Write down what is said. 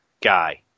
guy